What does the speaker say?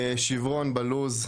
שברון בלו״ז,